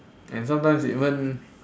and sometimes even